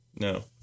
No